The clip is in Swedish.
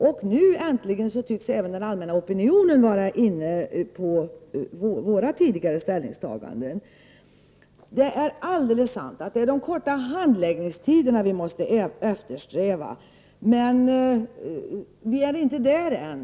Och nu äntligen tycks även den allmänna opinionen ha gjort samma ställningstaganden som vi. Det är alldeles sant att det är korta handläggningstider som måste eftersträvas. Men vi befinner oss inte där än.